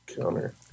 counter